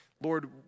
Lord